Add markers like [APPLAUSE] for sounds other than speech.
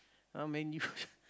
now Man-U [LAUGHS]